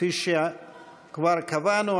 כפי שכבר קבענו,